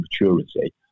maturity